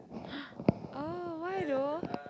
oh why though